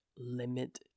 limit